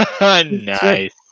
nice